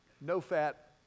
no-fat